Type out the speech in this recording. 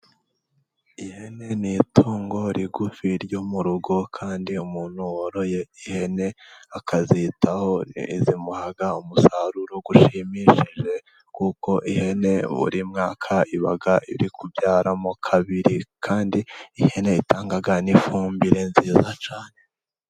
Ihene ni itungo rigufi ryo mu rugo kandi umuntu woroye ihene akazitaho zimuha umusaruro ushimishije; kuko ihene buri mwaka iba iri kubyaramo kabiri kandi ihene itanga n'ifumbire nziza cyane.